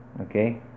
okay